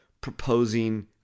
proposing